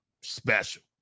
special